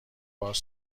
باز